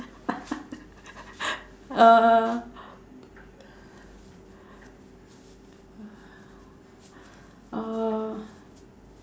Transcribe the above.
uh